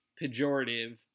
pejorative